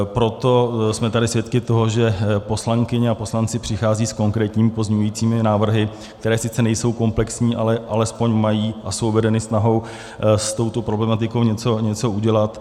Proto jsme tady svědky toho, že poslankyně a poslanci přicházejí s konkrétními pozměňujícími návrhy, které sice nejsou komplexní, ale alespoň mají a jsou vedeny snahou s touto problematikou něco udělat.